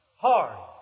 Hard